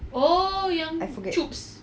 I forget ah